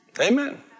Amen